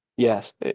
Yes